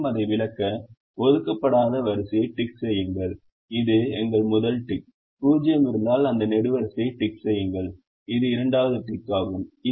மீண்டும் அதை விளக்க ஒதுக்கப்படாத வரிசையை டிக் செய்யுங்கள் இது எங்கள் முதல் டிக் 0 இருந்தால் அந்த நெடுவரிசையை டிக் செய்யுங்கள் இது இரண்டாவது டிக் ஆகும்